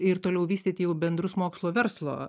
ir toliau vystyti jau bendrus mokslo verslo